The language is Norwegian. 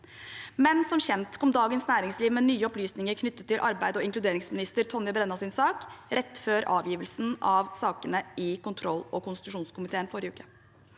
kom imidlertid Dagens Næringsliv med nye opplysninger knyttet til arbeids- og inkluderingsminister Tonje Brennas sak rett før avgivelsen av sakene i kontroll- og konstitusjonskomiteen forrige uke.